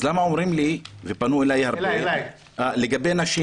אז למה אומרים לי, ופנו אלי הרבה: לגבי נשים